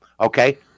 okay